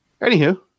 Anywho